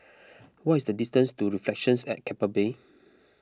what is the distance to Reflections at Keppel Bay